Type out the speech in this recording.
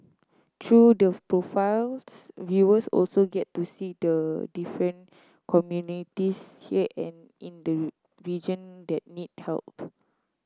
through the profiles viewers also get to see the different communities here and in the region that need help